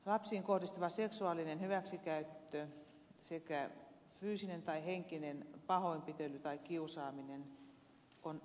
lapsiin kohdistuva seksuaalinen hyväksikäyttö sekä fyysinen tai henkinen pahoinpitely tai kiusaaminen on aina tuomittavaa